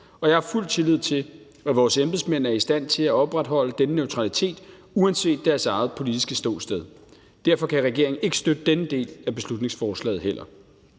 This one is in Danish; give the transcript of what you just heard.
Og jeg har fuld tillid til, at vores embedsmænd er i stand til at opretholde denne neutralitet uanset deres eget politiske ståsted. Derfor kan regeringen heller ikke støtte denne del af beslutningsforslaget.